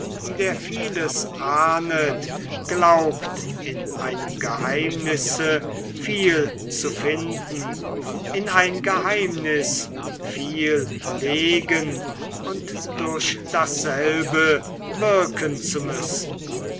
der vieles ahnet glaubt in einem geheimnisse viel zu finden in ein geheimnis viel legen und durch dasselbe wirken zu müssen